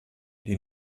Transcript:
die